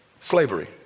slavery